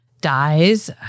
dies